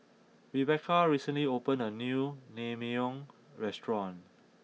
Rebecca recently opened a new Naengmyeon restaurant